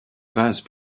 phase